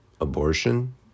abortion